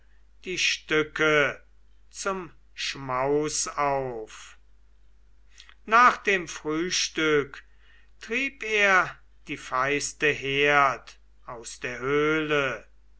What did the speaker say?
die stücke zum schmaus auf nach dem frühstück trieb er die feiste herd aus der höhle